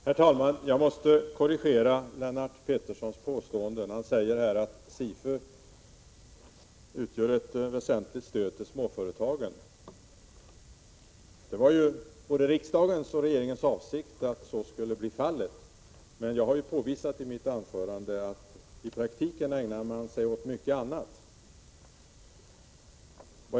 Herr talman! Jag måste korrigera Lennart Petterssons påstående, att SIFU utgör ett väsentligt stöd för småföretagen. Det var ju både riksdagens och regeringens avsikt att så skulle bli fallet, men jag har påvisat i mitt anförande att SIFU i praktiken ägnar sig åt mycket annat.